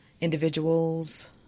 individuals